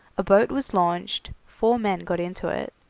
a boat was launched, four men got into it,